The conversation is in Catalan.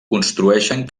construeixen